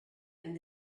and